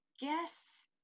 guess